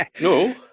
no